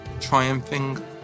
triumphing